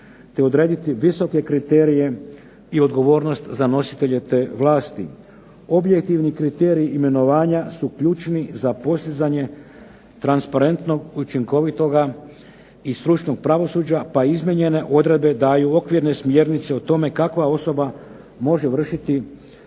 te odrediti visoke kriterije i odgovornost za nositelje te vlasti. Objektivni kriteriji imenovanja su ključni za postizanje transparentnog, učinkovitog i stručnog pravosuđa pa izmijenjene odredbe daju okvirne smjernice o tome kakva osoba može vršiti